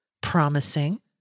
Promising